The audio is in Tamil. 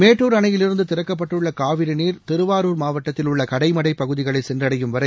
மேட்டுர் அணையிலிருந்து திறக்கப்பட்டுள்ள காவிரி நீர் திருவாரூர் மாவட்டத்தில் உள்ள கடைமடைப் பகுதிகளை சென்றடையும் வரை